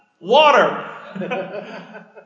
water